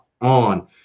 on